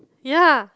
ya